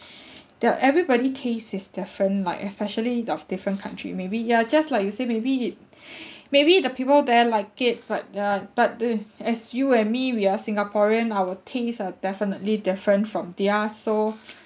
that everybody taste is different like especially the different country maybe ya just like you say maybe it maybe the people there like it but the but the as you and me we are singaporean our taste are definitely different from theirs so